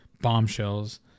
bombshells